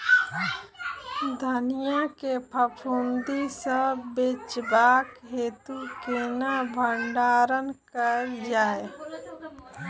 धनिया केँ फफूंदी सऽ बचेबाक हेतु केना भण्डारण कैल जाए?